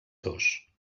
dos